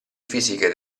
fisiche